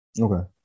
Okay